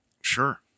sure